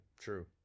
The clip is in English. True